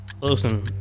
Listen